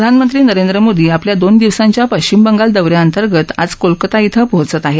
प्रधानमंत्री नरेंद्र मोदी आपल्या दोन दिवसांच्या पश्चिम बंगाल दौऱ्याअंतर्गत आज कोलकाता इथं पोहोचत आहेत